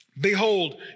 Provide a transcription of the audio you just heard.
behold